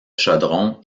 chaudron